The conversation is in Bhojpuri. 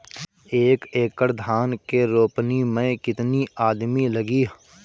एक एकड़ धान के रोपनी मै कितनी आदमी लगीह?